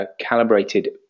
calibrated